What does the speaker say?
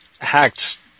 hacked